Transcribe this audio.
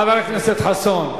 חבר הכנסת חסון.